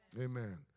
amen